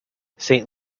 saint